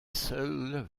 seules